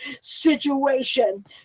situation